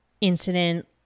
incident